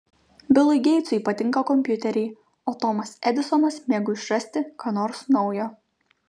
bilui geitsui patinka kompiuteriai o tomas edisonas mėgo išrasti ką nors naujo